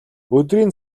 өдрийн